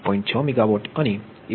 6 megawatt 140